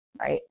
right